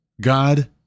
God